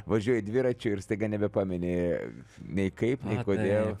važiuoji dviračiu ir staiga nebepameni nei kaip nei kodėl